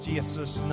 Jesus